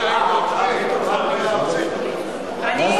זה